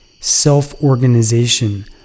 self-organization